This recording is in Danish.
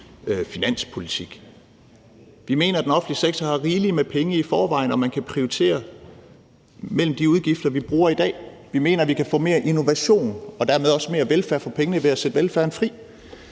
finanspolitik. Vi mener, at den offentlige sektor har rigeligt med penge i forvejen, og man kan prioritere mellem de udgifter, vi har i dag. Vi mener, at vi kan få mere innovation og dermed også mere velfærd for pengene ved at sætte velfærden fri.